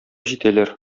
җитәләр